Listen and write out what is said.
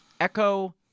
Echo